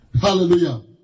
Hallelujah